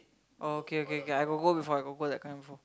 oh okay okay okay I got go before I got go that kind before